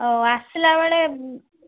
ହଉ ଆସିଲା ବେଳେ